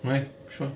where sure